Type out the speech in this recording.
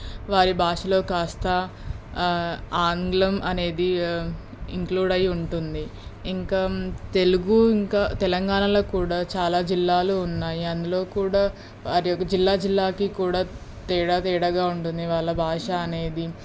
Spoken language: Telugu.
వారి భాషలో కాస్త ఆంగ్లం అనేది ఇంక్లూడ్ అయి ఉంటుంది ఇంకా తెలుగు ఇంకా తెలంగాణలో కూడా చాలా జిల్లాలు ఉన్నాయి అందులో కూడా వారి యొక్క జిల్లా జిల్లాకి కూడా తేడా తేడాగా ఉంటుంది వాళ్ళ భాష అనేది